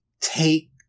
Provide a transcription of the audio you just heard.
take